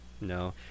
no